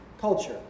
culture